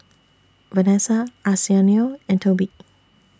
Vanessa Arsenio and Tobi